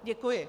Děkuji.